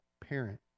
parent